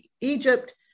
Egypt